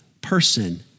person